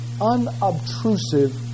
unobtrusive